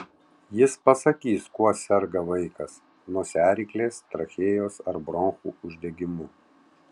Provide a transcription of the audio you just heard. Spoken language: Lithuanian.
jis pasakys kuo serga vaikas nosiaryklės trachėjos ar bronchų uždegimu